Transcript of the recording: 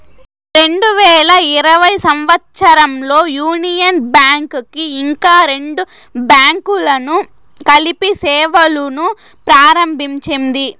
రెండు వేల ఇరవై సంవచ్చరంలో యూనియన్ బ్యాంక్ కి ఇంకా రెండు బ్యాంకులను కలిపి సేవలును ప్రారంభించింది